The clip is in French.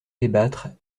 débattre